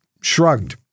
shrugged